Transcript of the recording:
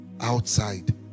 outside